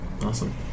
Awesome